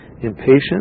Impatient